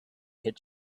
had